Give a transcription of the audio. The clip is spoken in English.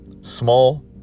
Small